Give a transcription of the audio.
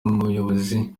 umuyobozi